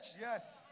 Yes